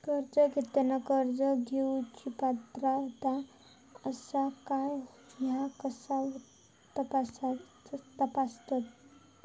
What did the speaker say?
कर्ज घेताना कर्ज घेवची पात्रता आसा काय ह्या कसा तपासतात?